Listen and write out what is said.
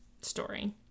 story